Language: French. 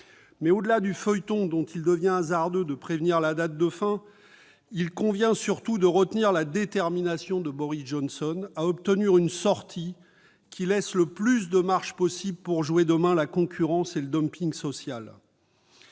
Au-delà du feuilleton dont il devient hasardeux de prédire la date de fin, il convient surtout de retenir la détermination de Boris Johnson à obtenir une sortie qui lui laisse le plus de marge possible pour jouer demain la concurrence et le dumping social.